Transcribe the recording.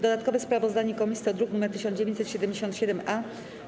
Dodatkowe sprawozdanie komisji to druk nr 1977-A.